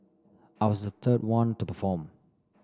I was third one to perform